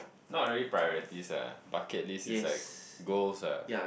nothing really priorities ah bucket list is like goals ah